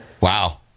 Wow